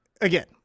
again